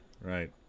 Right